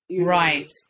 Right